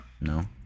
No